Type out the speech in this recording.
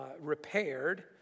repaired